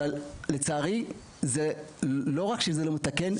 אבל לא רק שזה לא מתקן,